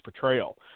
portrayal